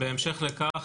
בהמשך לכך,